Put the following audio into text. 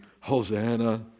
Hosanna